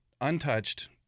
untouched